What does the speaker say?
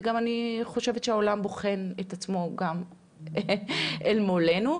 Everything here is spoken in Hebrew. וגם אני חושבת שהעולם בוחן את עצמו גם אל מולנו.